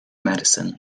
medicine